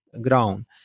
ground